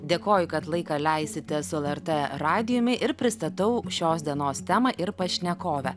dėkoju kad laiką leisite su lrt radijumi ir pristatau šios dienos temą ir pašnekovę